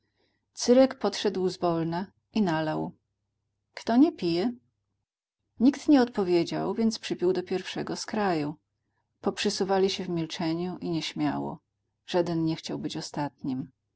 cyrek podszedł zwolna i nalał kto nie pije nikt nie odpowiedział więc przypił do pierwszego z kraju poprzysuwali się w milczeniu i nieśmiało żaden nie chciał być ostatnim